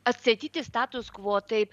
atstatyti status kvo taip